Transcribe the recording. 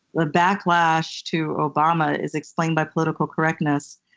the backlash to obama is explained by political correctness,